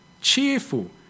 cheerful